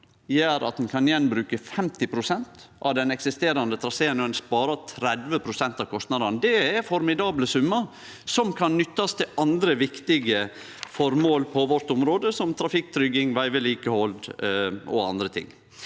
gjer at ein kan bruke 50 pst. av den eksisterande traseen om igjen, og ein sparer 30 pst. av kostnadene. Det er formidable summar som kan nyttast til andre viktige formål på vårt område, som trafikktrygging, vegvedlikehald og andre ting.